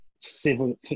civil